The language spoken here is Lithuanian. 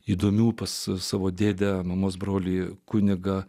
įdomių pas savo dėdę mamos brolį kunigą